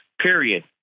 period